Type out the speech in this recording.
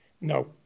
No